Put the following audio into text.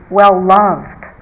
well-loved